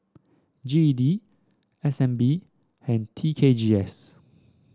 G E D S N B and T K G S